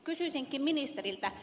kysyisinkin ministeriltä